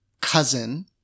cousin